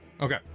Okay